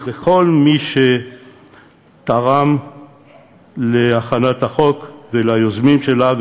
לכל מי שתרם להכנת הצעת החוק וליוזמים שלה,